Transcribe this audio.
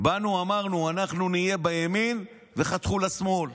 באנו ואמרנו "אנחנו נהיה בימין" וחתכו לשמאל,